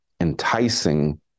enticing